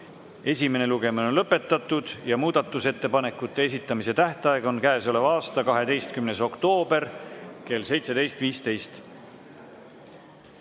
Esimene lugemine on lõpetatud ja muudatusettepanekute esitamise tähtaeg on käesoleva aasta 12. oktoober kell 17.15.